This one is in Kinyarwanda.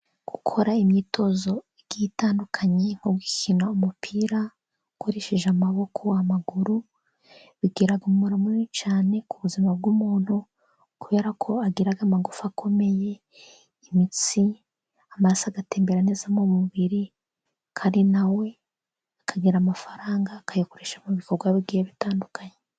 Gukora imyitozo itandukanye, nko gukina umupira ukoresheje amaboko amaguru, bigira umumaro munini cyane ku buzima bw'umuntu, kubera ko agira amagufa akomeye imitsi amaraso agatembera neza mu mubiri, kandi na we akagira amafaranga akayakoresha mu bikorwa bigiye bitandukanye.